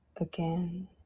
again